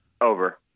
over